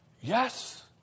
Yes